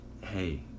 hey